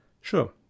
Sure